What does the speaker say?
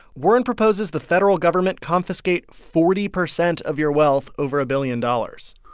warren proposes the federal government confiscate forty percent of your wealth over a billion dollars